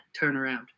turnaround